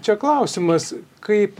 čia klausimas kaip